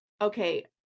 okay